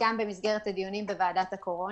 כך היה גם במסגרת הדיונים בוועדת הקורונה.